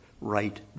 right